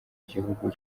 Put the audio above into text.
gihugu